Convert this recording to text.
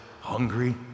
hungry